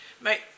mate